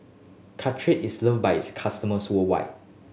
caltrate is loved by its customers worldwide